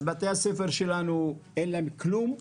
אז בתי הספר שלנו אין להם כלום.